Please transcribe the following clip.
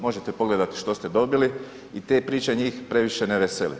Možete pogledati što ste dobili i te priče njih previše ne vesele.